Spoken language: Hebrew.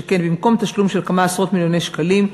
שכן במקום תשלום של כמה עשרות מיליוני שקלים,